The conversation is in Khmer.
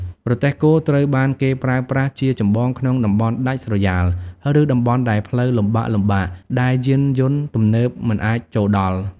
រទេះគោត្រូវបានគេប្រើប្រាស់ជាចម្បងក្នុងតំបន់ដាច់ស្រយាល ឬតំបន់ដែលផ្លូវលំបាកៗ ដែលយានយន្តទំនើបមិនអាចចូលដល់។